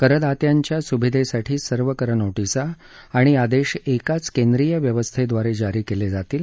करदात्यांच्या सुविधेसाठी सर्व कर नोटिसा आणि आदेश एकाच केंद्रीय व्यवस्थेद्वारे जारी केले जातील